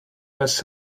must